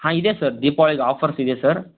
ಹಾಂ ಇದೆ ಸರ್ ದೀಪಾವಳಿಗೆ ಆಫರ್ಸ್ ಇದೆ ಸರ್